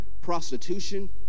prostitution